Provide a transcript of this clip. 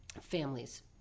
families